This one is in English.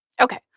Okay